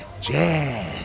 jazz